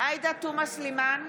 עאידה תומא סלימאן,